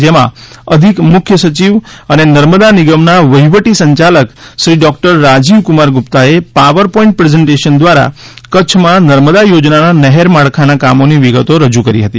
જેમાં અધિક મુખ્ય સચિવ અને નર્મદા નિગમના વહીવટી સંચાલક શ્રી ડોક્ટર રાજીવકુમાર ગુપ્તાએ પાવર પોઇન્ટ પ્રઝેન્ટેશન દ્વારા કચ્છમાં નર્મદા યોજનાના નહેર માળખાના કામોની વિગતો રજૂ કરી હતી